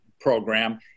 program